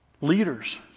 leaders